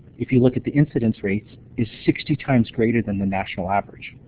if you look at the incident's rates, is sixty times greater than the national average.